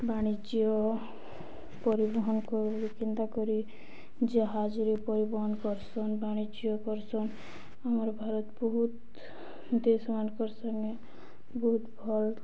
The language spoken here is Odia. ବାଣିଜ୍ୟ ପରିବହନ କରି କେନ୍ତା କରି ଜାହାଜରେ ପରିବହନ କରସନ୍ ବାଣିଜ୍ୟ କରସନ୍ ଆମର ଭାରତ ବହୁତ ଦେଶମାନଙ୍କର ସଙ୍ଗେ ବହୁତ ଭଲ୍